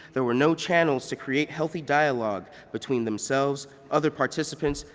there were no channels to create healthy dialogue between themselves, other participants,